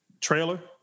trailer